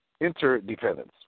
interdependence